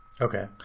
Okay